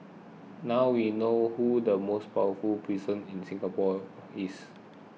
now we know who the most powerful person in Singapore is